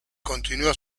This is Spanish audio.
continua